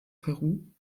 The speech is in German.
peru